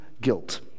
guilt